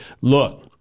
look